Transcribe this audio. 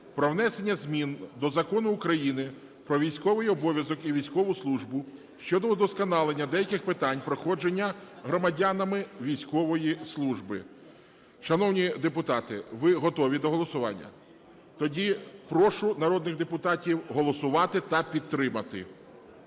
про внесення змін до Закону України "Про військовий обов'язок і військову службу" щодо удосконалення деяких питань проходження громадянами військової служби. Шановні депутати, ви готові до голосування? Тоді прошу народних депутатів голосувати та підтримати.